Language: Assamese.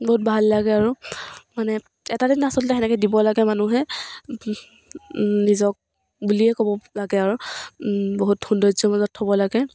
বহুত ভাল লাগে আৰু মানে এটা দিনা আচলতে তেনেকৈ দিব লাগে মানুহে নিজক বুলিয়ে ক'ব লাগে আৰু বহুত সৌন্দৰ্য্য় মাজত থ'ব লাগে